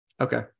Okay